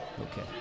Okay